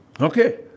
Okay